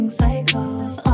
cycles